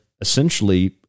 essentially